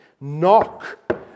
Knock